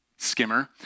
skimmer